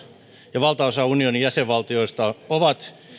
ja valtaosa unionin jäsenvaltioista ovat